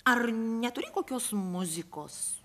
ar neturi kokios muzikos